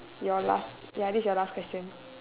your last ya this is your last question